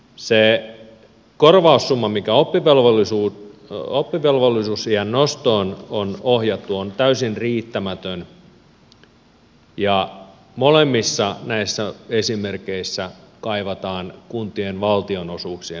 se kor vaussumma mikä oppivelvollisuusiän nostoon on ohjattu on täysin riittämätön ja molemmissa näissä esimerkeissä kaivataan kuntien valtionosuuksien nostoa